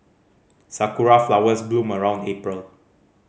sakura flowers bloom around April